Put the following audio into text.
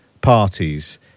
parties